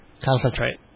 concentrate